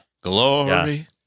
Glory